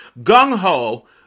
gung-ho